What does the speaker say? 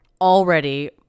already